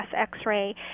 X-ray